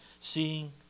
Seeing